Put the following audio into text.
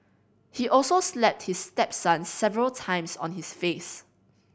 he also slapped his stepson several times on his face